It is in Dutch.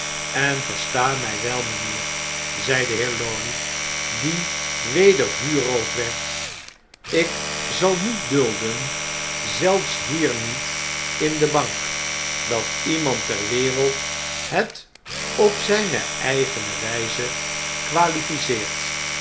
en versta mij wel mynheer zei de heer lorry die weder vuurrood werd ik zal niet dulden zelfs hier niet in de bank dat iemand ter wereld het op zijne eigene wyze